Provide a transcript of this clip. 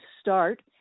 start